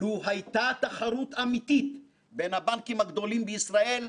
לו הייתה תחרות אמיתית בין הבנקים הגדולים בישראל,